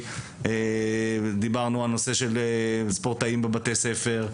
שחייה, ספורטאים בבתי ספר,